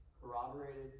corroborated